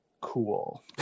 Cool